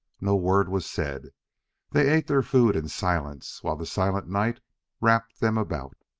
no word was said they ate their food in silence while the silent night wrapped them about.